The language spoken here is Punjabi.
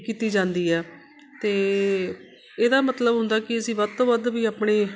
ਕੀਤੀ ਜਾਂਦੀ ਹੈ ਤਾਂ ਇਹਦਾ ਮਤਲਬ ਹੁੰਦਾ ਕਿ ਅਸੀਂ ਵੱਧ ਤੋਂ ਵੱਧ ਵੀ ਆਪਣੀ